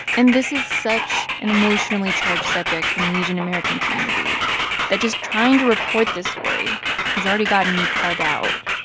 and this is such an emotionally charged subject in the asian-american community that just trying to report this story has already gotten me called out.